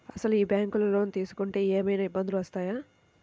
అసలు ఈ బ్యాంక్లో లోన్ తీసుకుంటే ఏమయినా ఇబ్బందులు వస్తాయా?